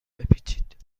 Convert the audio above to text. بپیچید